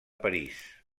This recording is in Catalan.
parís